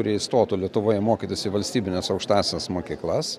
kurie įstotų lietuvoje mokytis į valstybines aukštąsias mokyklas